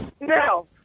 No